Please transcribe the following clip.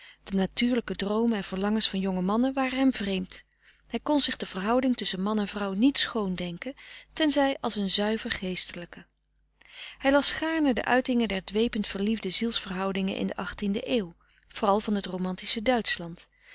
de natuurlijke droomen en verlangens van jonge mannen waren hem vreemd hij kon zich de verhouding tusschen man en vrouw niet schoon denken tenzij als een zuiver geestelijke hij las gaarne de uitingen der dwepend verliefde zielsverhoudingen in de achttiende eeuw vooral van het romantische duitschland